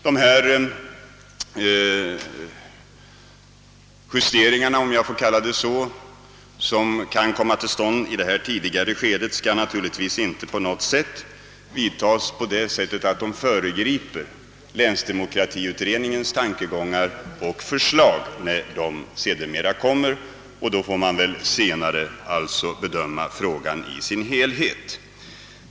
Dessa justeringar som i det tidigare skedet kan komma till stånd skall naturligtvis inte genomföras så, att de på minsta sätt föregriper länsdemokratiutredningens tankegångar och förslag. Frågan får alltså senare bedömas i sin helhet.